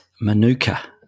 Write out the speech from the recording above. manuka